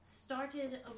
started